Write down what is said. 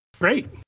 Great